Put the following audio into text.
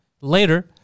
later